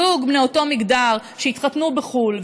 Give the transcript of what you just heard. זוג מאותו מגדר שהתחתנו בחו"ל,